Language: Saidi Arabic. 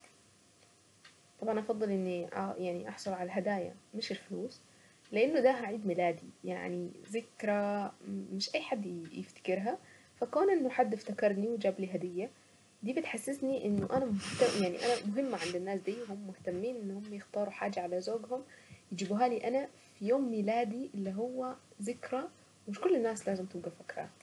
طبعا افضل اني يعني احصل عالهدايا مش الفلوس. لانه ده عيد ميلادي يعني ذكرى مش اي حد يفتكرها فقال ان حد افتكرني وجاب لي هدية دي بتحسسني انه انا يعني انا مهمة عند الناس زيهم مهتمين انهم يختاروا حاجة على زوجهم يجيبوهالي انا ميلادي اللي هو ذكرى ومش كل الناس لازم تبقى فاكراه.